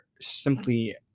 simply